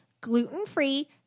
gluten-free